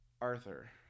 Arthur